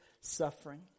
suffering